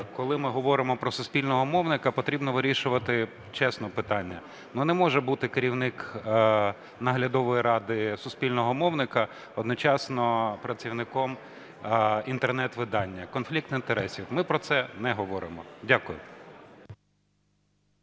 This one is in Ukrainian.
коли ми говоримо про Суспільного мовника, потрібно вирішувати чесно питання. Ну, не може бути керівник Наглядової ради Суспільного мовника одночасно працівником інтернет видання. Конфлікт інтересів. Ми про це не говоримо. Дякую.